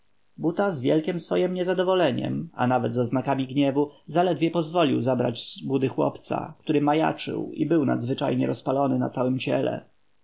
z wielkiem swojem niezadowoleniem a nawet z oznakami gniewu zaledwie pozwolił zabrać z budy chłopca który majaczył i był nadzwyczajnie rozpalony na całem ciele